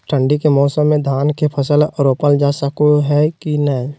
ठंडी के मौसम में धान के फसल रोपल जा सको है कि नय?